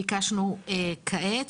ביקשנו כעת.